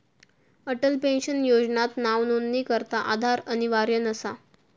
Atal pension योजनात नावनोंदणीकरता आधार अनिवार्य नसा